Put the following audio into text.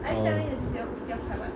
oh